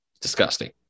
disgusting